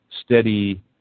steady